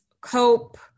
cope